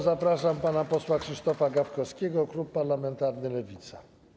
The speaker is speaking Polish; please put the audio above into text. Zapraszam pana posła Krzysztofa Gawkowskiego, klub parlamentarny Lewica.